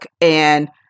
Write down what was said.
and-